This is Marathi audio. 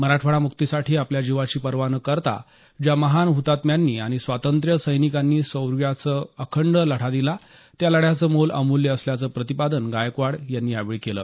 मराठवाडा मुक्तीसाठी आपल्या जिवाची पर्वा न करता ज्या महान हृतात्म्यांनी आणि स्वातंत्र्य सैनिकांनी शौर्यानं अखंड लढा दिला त्या लढ्याचं मोल अमूल्य असल्याचं प्रतिपादन गायकवाड यांनी यावेळी केलं